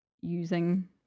using